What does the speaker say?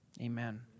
amen